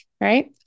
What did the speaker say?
right